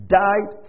died